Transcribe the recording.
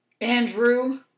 Andrew